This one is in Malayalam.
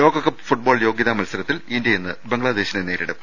ലോകകപ്പ് ഫുട്ബോൾ യോഗ്യതാ മത്സരത്തിൽ ഇന്ത്യ ഇന്ന് ബംഗ്ലാദേശിനെ നേരിടും